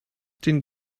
den